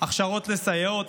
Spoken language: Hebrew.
הכשרות לסייעות,